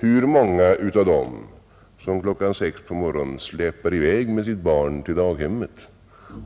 Hur många av dem som klockan sex på morgonen släpar i väg med sitt barn till daghemmet